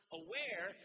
aware